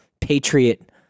patriot